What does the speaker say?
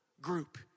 group